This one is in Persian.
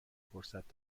فرصت